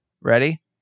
ready